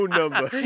number